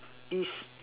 it's